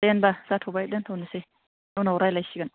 दे होनबा जाथ'बाय दोन्थ'नोसै उनाव रायज्लायसिगोन